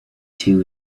two